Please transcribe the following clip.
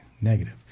negative